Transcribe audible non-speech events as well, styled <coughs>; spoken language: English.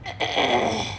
<coughs>